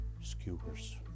skewers